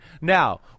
now